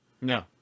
No